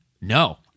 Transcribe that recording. No